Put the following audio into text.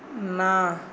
ନଅ